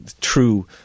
true